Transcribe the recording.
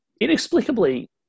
inexplicably